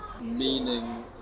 meaning